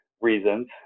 reasons